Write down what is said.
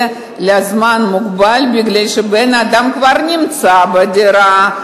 לזמן מוגבל מפני שבן-אדם כבר נמצא בדירה.